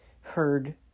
heard